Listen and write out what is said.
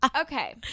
okay